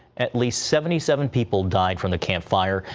at least seventy seven people died from the camp fire,